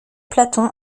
platon